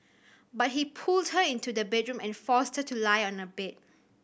but he pulled her into the bedroom and forced her to lie on a bed